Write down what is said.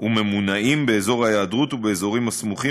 וממונעים באזור ההיעדרות ובאזורים הסמוכים,